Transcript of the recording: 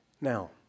Now